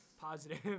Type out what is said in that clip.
positive